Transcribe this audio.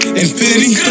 infinity